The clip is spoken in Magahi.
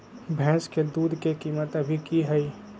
भैंस के दूध के कीमत अभी की हई?